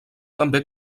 també